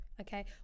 okay